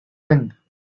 wind